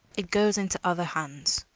it goes into other hands.